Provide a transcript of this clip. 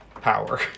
power